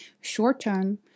short-term